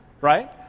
Right